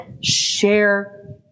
Share